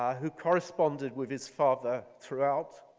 um who corresponded with his father throughout.